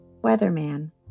weatherman